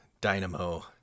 dynamo